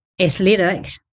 athletic